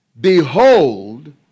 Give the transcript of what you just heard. Behold